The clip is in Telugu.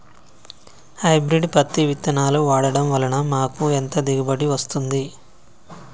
హైబ్రిడ్ పత్తి విత్తనాలు వాడడం వలన మాకు ఎంత దిగుమతి వస్తుంది?